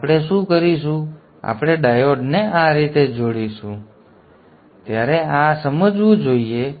તો આપણે શું કરીશું આપણે ડાયોડને આ રીતે જોડીશું હું ડાયોડને આ રીતે જોડીશ